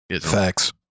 facts